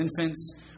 infants